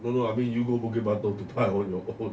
no no I mean you go bukit batok to buy on your own